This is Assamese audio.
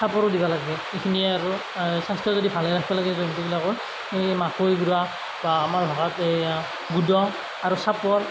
চাপৰো দিব লাগে এইখিনিয়ে আৰু স্ৱাস্থ্য যদি ভালে ৰাখিব লাগে জন্তুবিলাকৰ এই মাকৈ গুড়া বা আমাৰ ভাষাত এইয়া গুদা আৰু চাপৰ